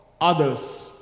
others